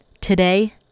Today